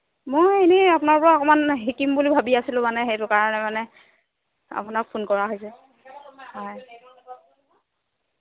মই এনে আপোনাৰ পৰা অকণমান শিকিম বুলি ভাবি আছিলো মানে সেইটো কাৰণে মানে আপোনাক ফোন কৰা হৈছে হয়